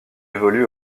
évolue